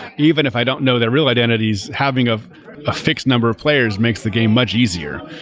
even if i don't know their real identities, having of a fixed number of players makes the game much easier.